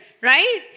right